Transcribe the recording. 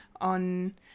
on